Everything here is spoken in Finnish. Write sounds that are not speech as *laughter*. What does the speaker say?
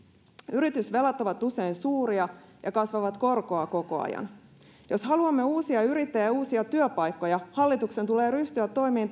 yritysvelat ovat usein suuria ja kasvavat korkoa koko ajan jos haluamme uusia yrittäjiä ja uusia työpaikkoja hallituksen tulee ryhtyä toimiin *unintelligible*